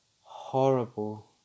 horrible